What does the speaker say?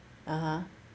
(uh huh)